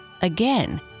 again